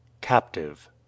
Captive